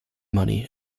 money